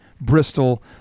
Bristol